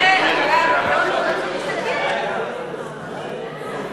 מידע לעניין מחירי מוצרים ברשתות שיווק,